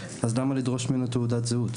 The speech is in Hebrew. אז למה לדרוש ממנו תעודת זהות?